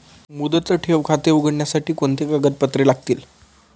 मुदत ठेव खाते उघडण्यासाठी कोणती कागदपत्रे लागतील?